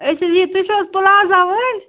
أسۍ حظ یہِ تُہۍ چھُو حظ پٕلازا وٲلۍ